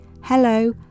hello